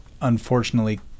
unfortunately